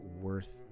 worth